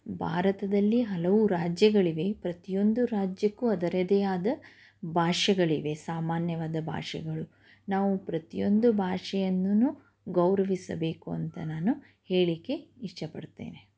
ಭಾರತದಲ್ಲಿ ಹಲವು ರಾಜ್ಯಗಳಿವೆ ಪ್ರತಿಯೊಂದು ರಾಜ್ಯಕ್ಕೂ ಅದರದೇ ಆದ ಭಾಷೆಗಳಿವೆ ಸಾಮಾನ್ಯವಾದ ಭಾಷೆಗಳು ನಾವು ಪ್ರತಿಯೊಂದು ಭಾಷೆಯನ್ನೂ ಗೌರವಿಸಬೇಕು ಅಂತ ನಾನು ಹೇಳಿಕ್ಕೆ ಇಷ್ಟಪಡ್ತೇನೆ